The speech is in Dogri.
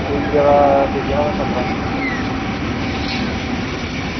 दूइयै दा पेई जाना कोई पंदरां